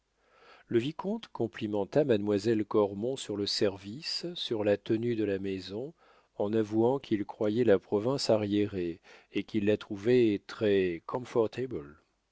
le vicomte complimenta mademoiselle cormon sur le service sur la tenue de la maison en avouant qu'il croyait la province arriérée et qu'il la trouvait